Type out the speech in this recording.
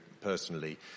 personally